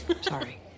sorry